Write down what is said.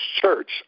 church